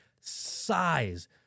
size